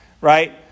right